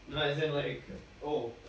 no as in like oh